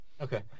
Okay